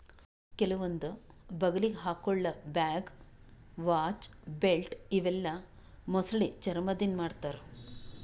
ಕೆಲವೊಂದ್ ಬಗಲಿಗ್ ಹಾಕೊಳ್ಳ ಬ್ಯಾಗ್, ವಾಚ್, ಬೆಲ್ಟ್ ಇವೆಲ್ಲಾ ಮೊಸಳಿ ಚರ್ಮಾದಿಂದ್ ಮಾಡ್ತಾರಾ